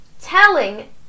telling